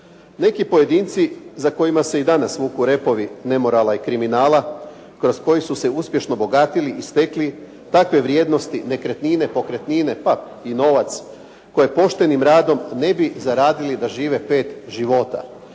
Neki pojedinci za kojima se i danas vuku repovi nemorala i kriminala kroz koji su se uspješno bogatili i stekli takve vrijednosti, nekretnine, pokretnine pa i novac koji poštenim radom ne bi zaradili da žive pet života.